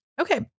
Okay